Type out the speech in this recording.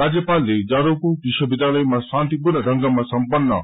राज्यपालले जादवपुर विश्वविध्यलयमा शान्तिपूर्ण ढंगमा समन्न